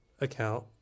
account